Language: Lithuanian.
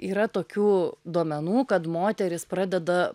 yra tokių duomenų kad moterys pradeda